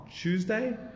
Tuesday